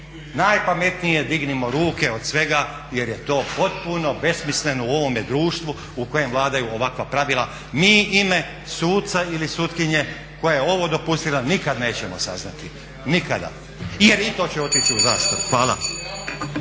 najpametnije je dignimo ruke od svega jer je to potpuno besmisleno u ovome društvu u kojem vladaju ovakva pravila. Mi ime suca ili sutkinje koja je ovo dopustila nikad nećemo saznati, nikada jer i to će otići u zastaru. Hvala.